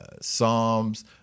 psalms